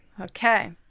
Okay